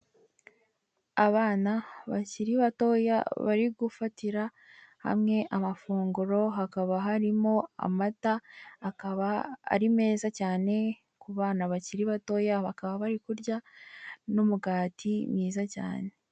Abana bakiri batoya bari gufatira hamwe amafunguro, hakaba harimo amata akaba ari meza cyane ku bana bakiri batoya, bakaba bari kurya n'umugati mwiza cyane.